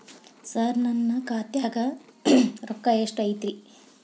ಸರ ನನ್ನ ಖಾತ್ಯಾಗ ರೊಕ್ಕ ಎಷ್ಟು ಐತಿರಿ?